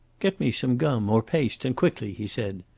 get me some gum or paste, and quickly, he said.